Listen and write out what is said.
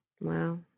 Wow